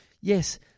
yes